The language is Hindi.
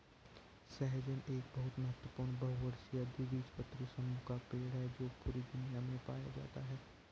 सहजन एक बहुत महत्वपूर्ण बहुवर्षीय द्विबीजपत्री समूह का पेड़ है जो पूरी दुनिया में पाया जाता है